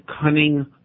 cunning